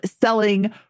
selling